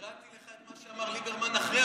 אני הקראתי לך את מה שאמר ליברמן אחרי הבדיקה.